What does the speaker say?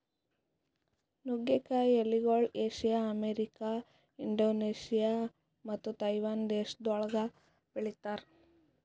ನುಗ್ಗೆ ಕಾಯಿ ಎಲಿಗೊಳ್ ಏಷ್ಯಾ, ಅಮೆರಿಕ, ಆಫ್ರಿಕಾ, ಇಂಡೋನೇಷ್ಯಾ ಮತ್ತ ತೈವಾನ್ ದೇಶಗೊಳ್ದಾಗ್ ಬೆಳಿತಾರ್